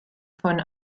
von